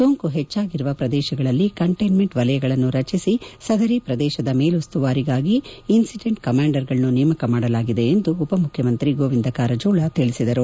ಸೋಂಕು ಹೆಚ್ಚಾಗಿರುವ ಪ್ರದೇಶಗಳಲ್ಲಿ ಕಂಟೈನ್ನೆಂಟ್ ವಲಯಗಳನ್ನು ರಚಿಸಿ ಸದರಿ ಪ್ರದೇಶದ ಮೇಲುಸ್ತುವಾರಿಗಾಗಿ ಇನ್ನಿಟೆಂಡ್ ಕಮಾಂಡರ್ಗಳನ್ನು ನೇಮಕ ಮಾಡಲಾಗಿದೆ ಎಂದು ಉಪಮುಖ್ವಮಂತ್ರಿ ಕಾರಜೋಳ ತಿಳಿಸಿದರು